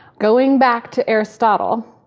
going back to aristotle.